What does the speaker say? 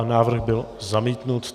Návrh byl zamítnut.